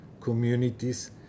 communities